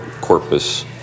corpus